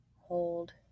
hold